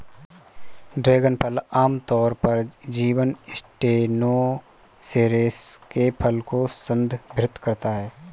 dragon फल आमतौर पर जीनस स्टेनोसेरेस के फल को संदर्भित करता है